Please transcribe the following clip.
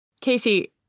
Casey